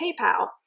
PayPal